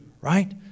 right